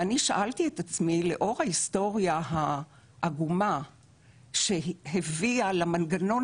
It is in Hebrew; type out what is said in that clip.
ואני שאלתי את עצמי לאור ההיסטוריה העגומה שהביאה למנגנון